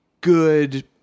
good